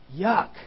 Yuck